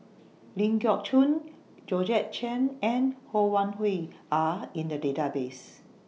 Ling Geok Choon Georgette Chen and Ho Wan Hui Are in The Database